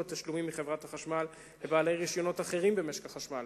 תשלומים מחברת החשמל לבעלי רשיונות אחרים במשק החשמל.